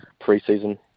pre-season